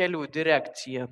kelių direkcija